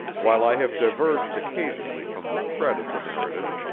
while i have diverged occasionally from the thread of the narrative,